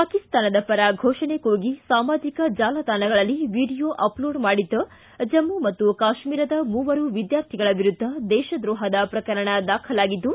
ಪಾಕಿಸ್ತಾನದ ಪರ ಘೋಷಣೆ ಕೂಗಿ ಸಾಮಾಜಿಕ ಜಾಲತಾಣಗಳಲ್ಲಿ ವೀಡಿಯೋ ಅಪ್ ಲೋಡ್ ಮಾಡಿದ್ದ ಜಮ್ನು ಮತ್ತು ಕಾಶ್ಮೀರದ ಮೂವರು ವಿದ್ಯಾರ್ಥಿಗಳ ವಿರುದ್ಧ ದೇಶದ್ರೋಹದ ಪ್ರಕರಣ ದಾಖಲಾಗಿದ್ದು